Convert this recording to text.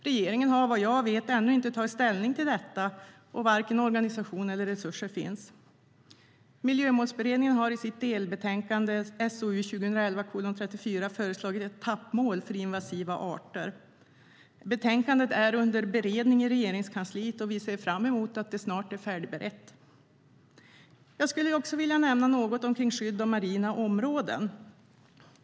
Regeringen har vad jag vet ännu inte tagit ställning till detta, och varken organisation eller resurser finns. Miljömålsberedningen har i sitt delbetänkande SOU 2011:34 föreslagit ett etappmål för invasiva arter. Betänkandet är under beredning i Regeringskansliet, och vi ser fram emot att det snart är färdigberett. Jag skulle också vilja nämna något om skydd av marina områden.